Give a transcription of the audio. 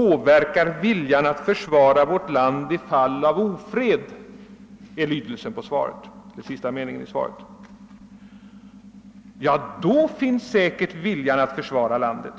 >»påverkar viljan att försvara vårt land i fall av ofred«, som försvarsministern uttrycker det. Ja, i det läget finns säkerligen viljan att försvara landet.